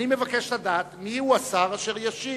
אני מבקש לדעת מי הוא השר אשר ישיב.